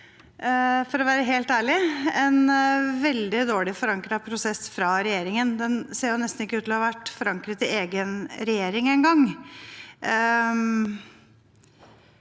en veldig dårlig forankret prosess fra regjeringen. Den ser nesten ikke ut til å ha vært forankret i egen regjering engang.